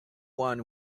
one